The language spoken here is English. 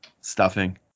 stuffing